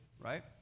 right